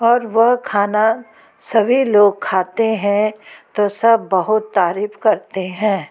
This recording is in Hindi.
और वह खाना सभी लोग खाते हैं तो सब बहुत तारीफ करते हैं